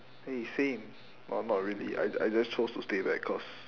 !hey! same well not really I I just chose to stay back cause